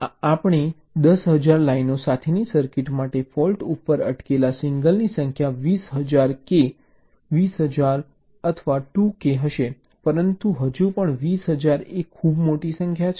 હવે ચાલો 10000 લાઈનો સાથેની સર્કિટ માટે ફોલ્ટ ઉપર અટકેલા સિંગલની સંખ્યા 20000 2k હશે પરંતુ હજુ પણ વીસ હજાર એ ખૂબ મોટી સંખ્યા છે